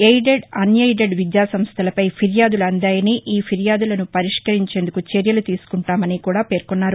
aided unaided విద్యా సంస్థలపై ఫిర్యాదులు అందాయని ఈ ఫిర్యాదులను పరిష్కరించేందుకు చర్యలు తీసుకుంటామని కూడా పేర్కొన్నారు